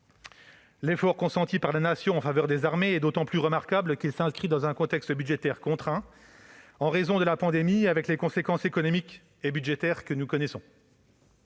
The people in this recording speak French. L'effort consenti par la Nation en faveur des armées est d'autant plus remarquable qu'il s'inscrit dans un contexte budgétaire contraint en raison de la pandémie, avec les conséquences économiques et budgétaires que nous connaissons.